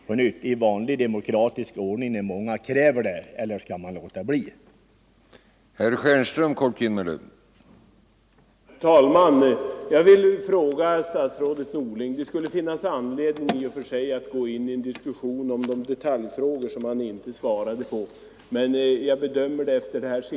Låter man bli, nonchalerar man remissinstanser, teknisk utveckling och trafikutskottets betänkande.